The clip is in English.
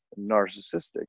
narcissistic